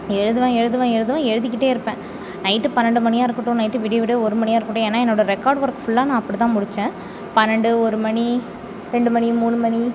எழுதுவேன் எழுதுவேன் எழுதுவேன் எழுதிக்கிட்டே இருப்பேன் நைட்டு பன்னெண்டு மணியாக இருக்கட்டும் நைட்டு விடிய விடிய ஒரு மணியாக இருக்கட்டும் ஏன்னா என்னோடய ரெக்கார்ட் ஓர்க் ஃபுல்லாக நான் அப்படித்தான் முடித்தேன் பன்னெண்டு ஒரு மணி ரெண்டு மணி மூணு மணி